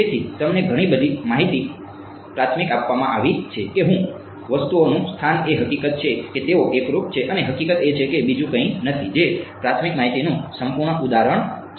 તેથી તમને ઘણી બધી પ્રાથમિક માહિતી આપવામાં આવી છે કે વસ્તુઓનું સ્થાન એ હકીકત છે કે તેઓ એકરૂપ છે અને હકીકત એ છે કે બીજું કંઈ નથી જે પ્રાથમિક માહિતીનું સંપૂર્ણ ઉદાહરણ છે